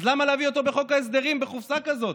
אז למה להביא אותו בחוק ההסדרים בחופזה כזאת?